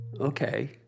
Okay